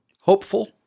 hopeful